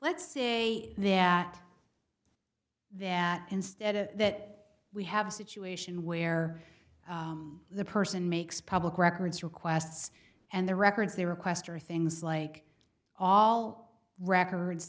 let's say that that instead of that we have a situation where the person makes public records requests and the records they request are things like all records